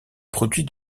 produits